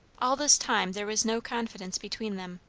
all this time there was no confidence between them.